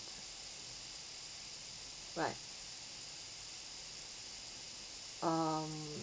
right um